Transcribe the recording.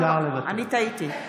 אני טעיתי.